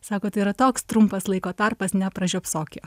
sako tai yra toks trumpas laiko tarpas nepražiopsok jo